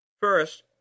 First